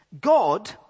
God